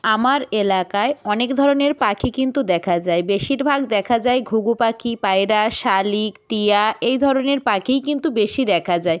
আমার এলাকায় অনেক ধরনের পাখি কিন্তু দেখা যায় বেশিরভাগ দেখা যায় ঘুঘু পাখি পায়রা শালিক টিয়া এই ধরনের পাখিই কিন্তু বেশি দেখা যায়